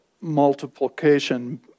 multiplication